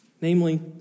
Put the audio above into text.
Namely